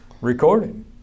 recording